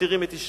מתירים את אשתו.